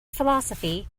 philosophy